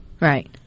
Right